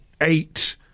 eight